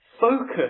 focus